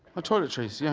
toiletries. yeah